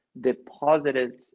deposited